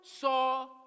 saw